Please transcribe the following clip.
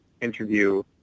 interview